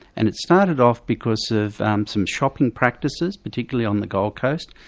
and it started off, because of some shopping practices, particularly on the gold coast,